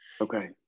okay